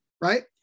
right